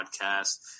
podcast